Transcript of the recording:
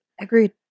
Agreed